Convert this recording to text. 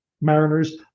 mariners